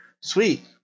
Sweet